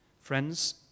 Friends